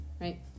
Right